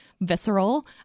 Visceral